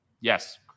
Yes